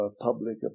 public